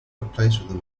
replaced